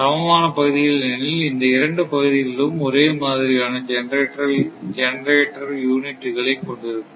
சமமான பகுதிகள் எனில் இந்த இரண்டு பகுதிகளும் ஒரே மாதிரியான ஜெனரேட்டர் யூனிட்டுகளை கொண்டிருக்கும்